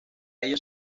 ellos